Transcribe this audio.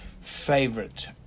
favorite